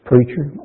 Preacher